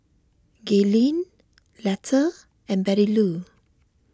Gaylen Letta and Bettylou